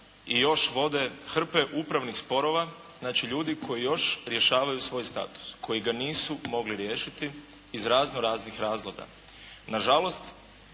i još vode hrpe upravnih spora znači ljudi koji još rješavaju svoj status, koji ga nisu mogli riješiti iz razno raznih razloga. Nažalost,